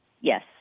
Yes